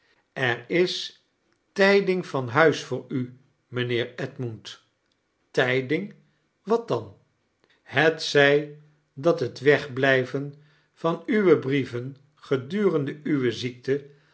er is tijding van huis voor u mijnheer edmund tijding wat dan hetzij dat het wegblijvein van uwe brieven gedurendie uwe ziekte